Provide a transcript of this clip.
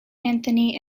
anthony